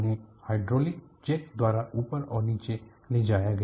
उन्हें hydraulic jack द्वारा ऊपर और नीचे ले जाया गया